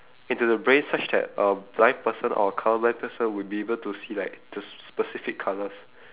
into the brain such that a blind person or a colour blind person would be able to see like the s~ specific colours